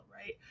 right